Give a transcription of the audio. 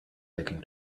picking